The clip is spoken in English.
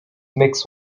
mix